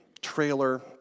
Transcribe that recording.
trailer